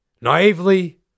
Naively